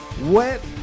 wet